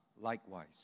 likewise